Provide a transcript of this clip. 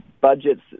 budgets